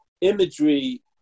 imagery